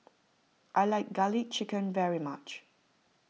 I like Garlic Chicken very much